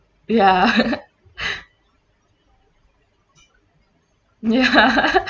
ya ya